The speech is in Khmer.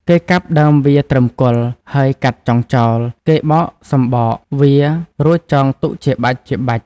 គេកាប់ដើមវាត្រឹមគល់ ហើយកាត់ចុងចោល គេបកសំបក វារួចចងទុកជាបាច់ៗ ។